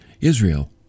Israel